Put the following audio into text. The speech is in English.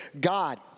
God